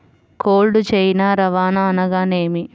Cold chain రవాణా అనగా నేమి?